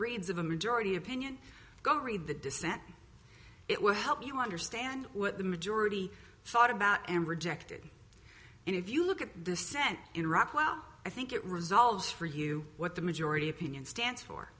reads of a majority opinion go read the dissent it will help you understand what the majority thought about and rejected and if you look at the sent in iraq well i think it resolves for you what the majority opinion stands for